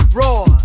raw